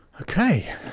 Okay